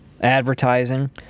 advertising